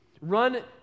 run